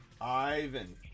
Ivan